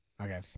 Okay